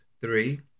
Three